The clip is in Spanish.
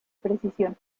precisión